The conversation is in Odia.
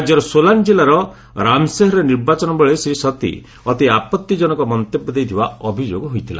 ରାଜ୍ୟର ସୋଲାନ୍ ଜିଲ୍ଲାର ରାମସେହରରେ ନିର୍ବାଚନ ପ୍ରଚାର ବେଳେ ଶ୍ରୀ ସଭି ଅତି ଆପଭିଜନକ ମନ୍ତବ୍ୟ ଦେଇଥିବା ଅଭିଯୋଗ ହୋଇଥିଲା